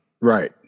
Right